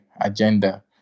agenda